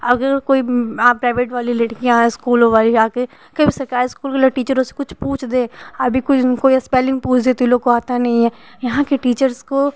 अगर कोई आप प्राइवेट वाली लड़कियाँ इस्कूलों वाली आ कर कई सरकारी इस्कूलों टीचरों से कुछ पूछ दे अभी कुछ कोई एसपेलिङ्ग पूछ देते हैं लोग को आता नहीं है यहाँ के टीचर्स को